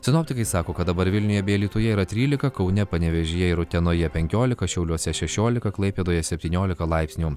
sinoptikai sako kad dabar vilniuje bei alytuje yra trylika kaune panevėžyje ir utenoje penkiolika šiauliuose šešiolika klaipėdoje septyniolika laipsnių